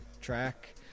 track